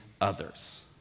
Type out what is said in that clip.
others